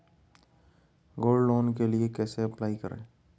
Gold loan के लिए कैसे अप्लाई करें?